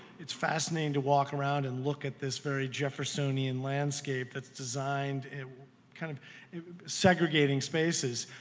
it's fascinating to walk around and look at this very jeffersonian landscape that's designed kind of segregating spaces,